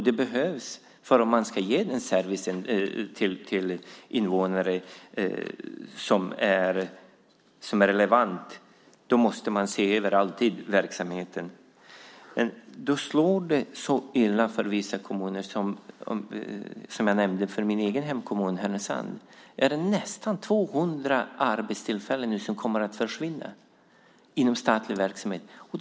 Det behövs, för om man ska ge relevant service till invånare måste man se över verksamheten. Det slår dock illa för vissa kommuner. Som jag nämnde kommer nästan 200 arbetstillfällen inom statlig verksamhet att försvinna i min egen hemkommun Härnösand.